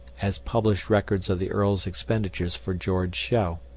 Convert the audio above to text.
as published records of the earl's expenditures for george show.